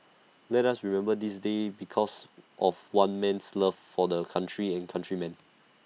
let us remember this day because of one man's love for the country and countrymen